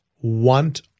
want